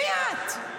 מי את?